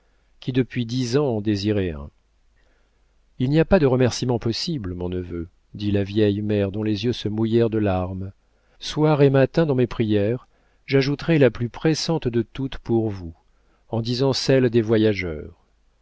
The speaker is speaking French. qui depuis dix ans en désirait un il n'y a pas de remercîments possibles mon neveu dit la vieille mère dont les yeux se mouillèrent de larmes soir et matin dans mes prières j'ajouterai la plus pressante de toutes pour vous en disant celle des voyageurs